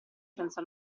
senza